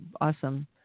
awesome